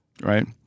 right